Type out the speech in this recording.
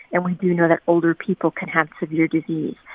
and we do know that older people can have severe disease.